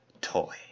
toy